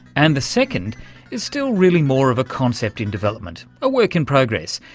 and the second is still really more of a concept in development, a work in progress,